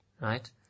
right